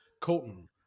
Colton